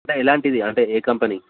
అంటే ఎలాంటిది అంటే ఏ కంపెనీ